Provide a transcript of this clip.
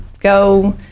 go